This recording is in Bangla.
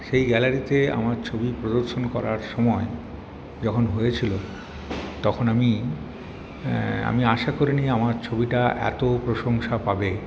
সেই গ্যালারীতে আমার ছবি প্রদর্শন করার সময় যখন হয়েছিল তখন আমি আমি আশা করিনি আমার ছবিটা এত প্রশংসা পাবে